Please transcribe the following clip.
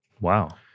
Wow